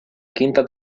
quinta